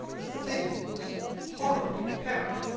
the thing was horribly apparent.